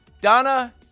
Donna